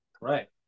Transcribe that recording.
right